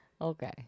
okay